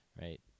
Right